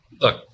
Look